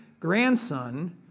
grandson